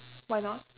why not